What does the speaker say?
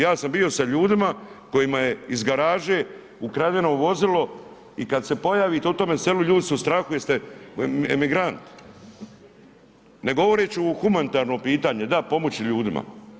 Ja sam bio sa ljudima kojima je iz garaže ukradeno vozilo i kada se pojavite u tome selu ljudi su u strahu jeste emigrant, ne govoreći o humanitarnom pitanje, da pomoći ljudima.